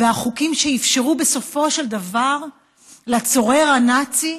והחוקים שאפשרו בסופו של דבר לצורר הנאצי